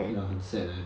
ya 很 sad leh